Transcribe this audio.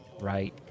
right